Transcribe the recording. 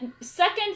Second